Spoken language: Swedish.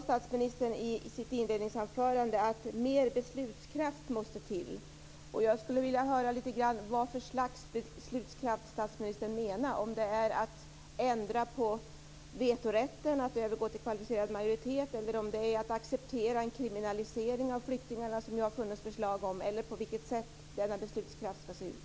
Statsministern sade i sitt inledningsanförande att mer beslutskraft måste till. Jag skulle vilja höra lite grann om vad för slags beslutskraft statsministern menar. Är det att ändra på vetorätten, att övergå till kvalificerad majoritet? Är det att acceptera en kriminalisering av flyktingarna, som det har funnits förslag om? På vilket sätt ska denna beslutskraft se ut?